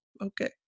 okay